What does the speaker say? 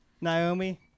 Naomi